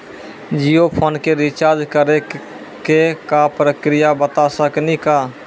Jio phone के recharge करे के का प्रक्रिया बता साकिनी का?